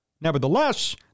Nevertheless